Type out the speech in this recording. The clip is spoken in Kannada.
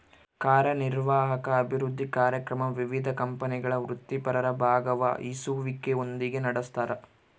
ಕಾರ್ಯನಿರ್ವಾಹಕ ಅಭಿವೃದ್ಧಿ ಕಾರ್ಯಕ್ರಮ ವಿವಿಧ ಕಂಪನಿಗಳ ವೃತ್ತಿಪರರ ಭಾಗವಹಿಸುವಿಕೆಯೊಂದಿಗೆ ನಡೆಸ್ತಾರ